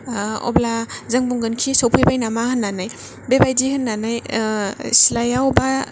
अब्ला जों बुंगोन खि सफैबाय नामा होननानै बेबादि होननानै सिथ्लायाव बा